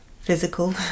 physical